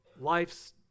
life's